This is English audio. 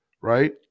right